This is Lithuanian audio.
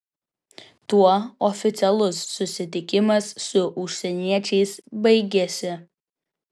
tuo oficialus susitikimas su užsieniečiais baigėsi